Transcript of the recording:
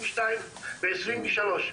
2022 ו-2023.